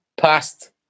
past